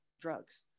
drugs